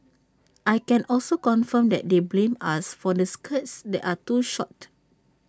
I can also confirm that they blamed us for the skirts that are too short